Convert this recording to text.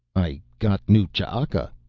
i got new ch'aka,